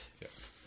Yes